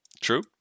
True